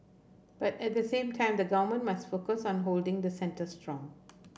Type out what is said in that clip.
but at the same time the government must focus on holding the centre strong